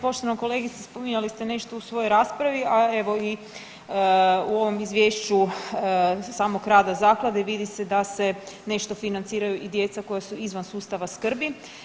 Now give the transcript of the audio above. Poštovana kolegice spominjali ste nešto u svojoj raspravi, a evo i u ovom izvješću samog rada zaklade vidi se da se nešto financiraju i djeca koja su izvan sustava skrbi.